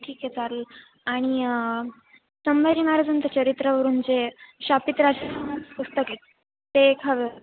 ठीक आहे चालेल आणि संभाजी महाराजांचं चरित्र म्हणजे शापित राजपुत्र पुस्तक आहे ते हवं आहे